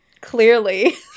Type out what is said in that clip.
Clearly